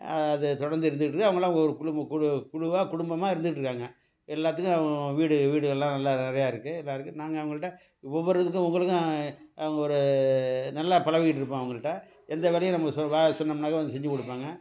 அது தொடர்ந்து இருந்துகிட்டுருக்கு அவங்கள்லாம் ஒரு குழு குழு குழுவாக குடும்பமாக இருந்துகிட்டுருக்காங்க எல்லோத்துக்கும் வீடு வீடுகள்லாம் நல்லா நிறையா இருக்குது எல்லோருக்கும் நாங்கள் அவங்கள்ட்ட ஒவ்வொரு இதுக்கும் உங்களுக்கும் ஒரு நல்லா பழகிட்டுருப்போம் அவங்கள்ட்ட எந்த வேலையும் நம்ம சொ வே சொன்னோம்னாக்கா வந்து செஞ்சு கொடுப்பாங்க